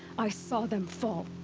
i saw them fall!